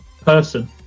person